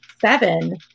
seven